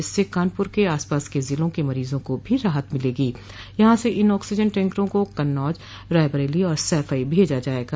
इससे कानपुर के आस पास के ज़िलों के मरीजों को भी राहत मिलेगी यहां स इन ऑक्सीजन टैंकरों को कन्नौज रायबरेली और सैफई भेजा जायेगा